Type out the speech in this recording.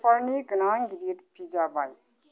पेपार'नि गोनां गिदिर पिज्जा बाय